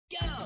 go